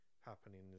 happening